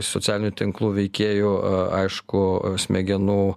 socialinių tinklų veikėjų aišku smegenų